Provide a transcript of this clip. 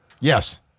Yes